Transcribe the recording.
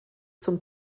zum